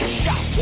shot